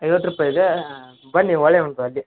ಐವತ್ತು ರೂಪಾಯಿ ಇದೇ ಬನ್ನಿ ಒಳ್ಳೆ ಉಂಟು ಅಲ್ಲಿ